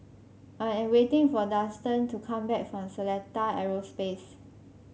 I am waiting for Dustan to come back from Seletar Aerospace